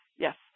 Yes